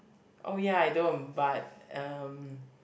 oh ya I don't but um